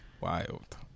wild